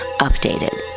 Updated